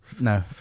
no